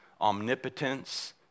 omnipotence